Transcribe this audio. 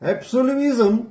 Absolutism